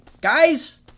guys